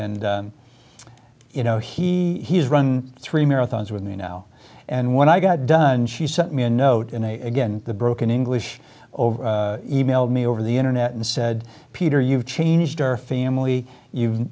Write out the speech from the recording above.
and you know he has run three marathons with me now and when i got done she sent me a note in a again broken english over e mail me over the internet and said peter you've changed our family you